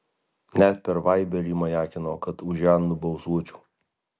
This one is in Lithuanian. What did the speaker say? net per vaiberį majakino kad už ją nubalsuočiau